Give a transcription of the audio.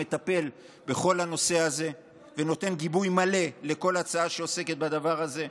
מטפל בכל הנושא הזה ונותן גיבוי מלא לכל הצעה שעוסקת בדבר הזה,